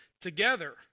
together